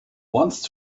once